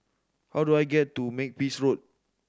how do I get to Makepeace Road